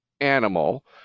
animal